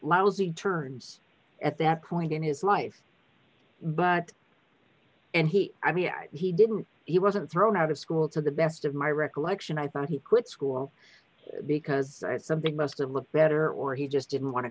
lousy turns at that point in his life but and he i mean he didn't he wasn't thrown out of school to the best of my recollection i thought he quit school because of the muslim look better or he just didn't want to